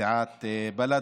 סיעת בל"ד.